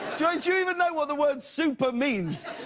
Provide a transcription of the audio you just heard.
do you even know what the word super means?